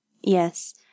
Yes